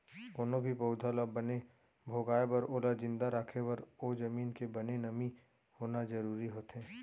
कोनो भी पउधा ल बने भोगाय बर ओला जिंदा राखे बर ओ जमीन के बने नमी होना जरूरी होथे